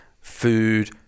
food